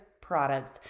products